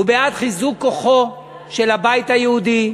הוא בעד חיזוק כוחו של הבית היהודי,